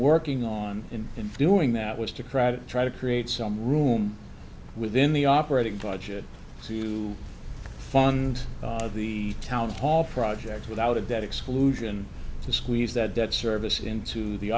working on in and doing that was to cry to try to create some room within the operating budget to fund the town hall project without a debt exclusion to squeeze that debt service into the